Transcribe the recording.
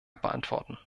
beantworten